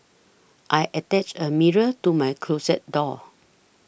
I attached a mirror to my closet door